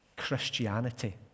Christianity